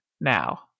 now